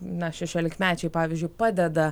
na šešiolikmečiai pavyzdžiui padeda